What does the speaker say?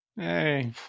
hey